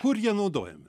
kur jie naudojami